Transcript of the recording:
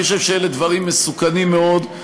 אני חושב שאלה דברים מסוכנים מאוד,